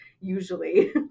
usually